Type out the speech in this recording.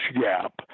Gap